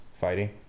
Fighting